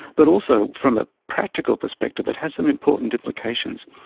but also from a practical perspective it has some important implications.